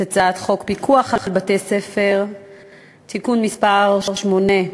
את הצעת חוק פיקוח על בתי-ספר (תיקון מס' 8),